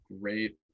great